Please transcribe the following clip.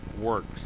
works